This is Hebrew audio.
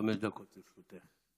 חמש דקות לרשותך.